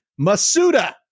Masuda